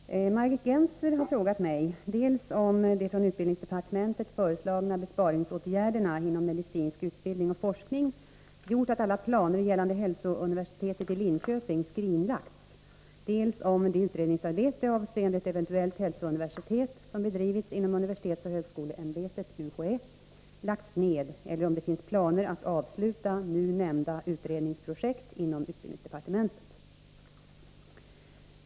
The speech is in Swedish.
Herr talman! Margit Gennser har frågat mig dels om de från utbildningsdepartementet föreslagna besparingsåtgärderna inom medicinsk utbildning och forskning gjort att alla planer gällande ett hälsouniversitet i Linköping skrinlagts, dels om det utredningsarbete avseende ett eventuellt hälsouniversitet som bedrivits inom universitetsoch högskoleämbetet lagts ned eller om det finns planer att avsluta nu nämnda utredningsprojekt inom utbildningsdepartementet.